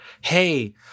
hey